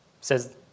says